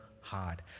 hard